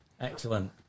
Excellent